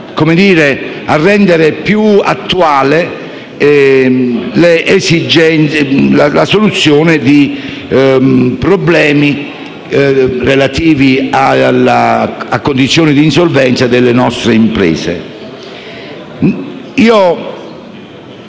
fine di rendere più attuale la soluzione dei problemi relativi a condizioni di insolvenza delle medesime. Uno